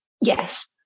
Yes